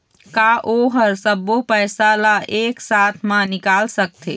का ओ हर सब्बो पैसा ला एक साथ म निकल सकथे?